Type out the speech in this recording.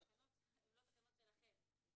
--- התקנות הן לא תקנות שלכם.